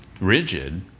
rigid